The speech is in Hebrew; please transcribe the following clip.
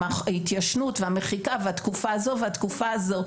ההתיישנות והמחיקה והתקופה הזו והתקופה הזו,